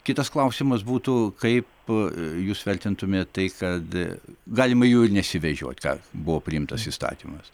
kitas klausimas būtų kaip jūs vertintumėt tai kad galima jų ir nesivežiot ką buvo priimtas įstatymas